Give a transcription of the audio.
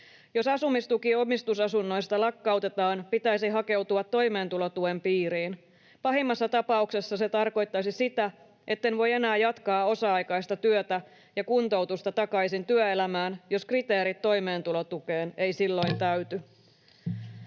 Jos asumistuki omistusasunnoista lakkautetaan, pitäisi hakeutua toimeentulotuen piiriin. Pahimmassa tapauksessa se tarkoittaisi sitä, etten voi enää jatkaa osa-aikaista työtä ja kuntoutusta takaisin työelämään, jos kriteerit toimeentulotukeen eivät silloin täyty.